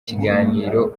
kiganiro